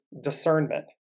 discernment